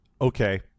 Okay